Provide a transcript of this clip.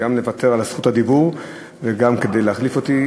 גם לוותר על זכות הדיבור וגם כדי להחליף אותי.